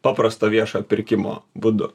paprasto viešo pirkimo būdu